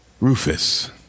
Rufus